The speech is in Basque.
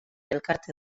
elkarte